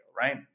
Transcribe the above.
right